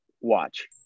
watch